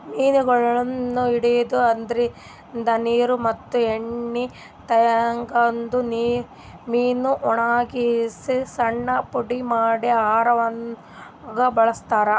ಮೀನಗೊಳನ್ನ್ ಹಿಡದು ಅದ್ರಿನ್ದ ನೀರ್ ಮತ್ತ್ ಎಣ್ಣಿ ತಗದು ಮೀನಾ ವಣಗಸಿ ಸಣ್ಣ್ ಪುಡಿ ಮಾಡಿ ಆಹಾರವಾಗ್ ಬಳಸ್ತಾರಾ